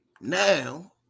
Now